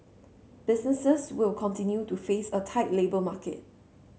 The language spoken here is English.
businesses will continue to face a tight labour market